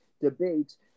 debates